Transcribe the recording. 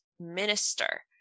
minister